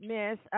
Miss